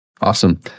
Awesome